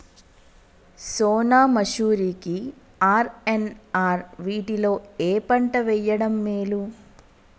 సోనా మాషురి కి ఆర్.ఎన్.ఆర్ వీటిలో ఏ పంట వెయ్యడం మేలు?